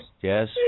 yes